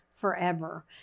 forever